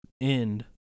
end